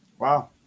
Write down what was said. Wow